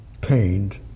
pained